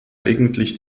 eigentlich